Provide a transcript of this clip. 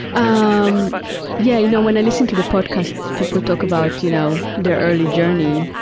um yeah, you know, when i listen to the podcast, people talk about, you know, their early journey,